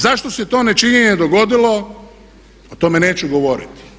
Zašto se to nečinjenje dogodilo o tome neću govoriti.